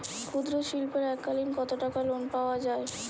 ক্ষুদ্রশিল্পের এককালিন কতটাকা লোন পাওয়া য়ায়?